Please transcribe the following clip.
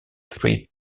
three